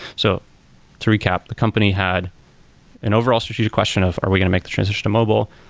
so to recap, the company had an overall strategic question of are we going to make the transition to mobile?